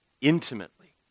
intimately